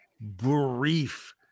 brief